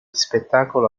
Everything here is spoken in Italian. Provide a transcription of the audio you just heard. spettacolo